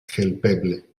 helpeble